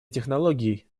технологий